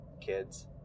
kids